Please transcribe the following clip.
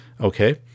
okay